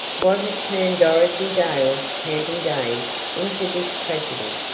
what had turned dorothy dale's camping days into this tragedy?